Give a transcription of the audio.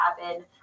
happen